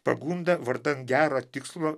pagunda vardan gero tikslo